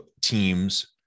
teams